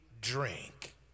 drink